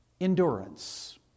Endurance